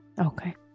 Okay